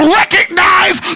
recognize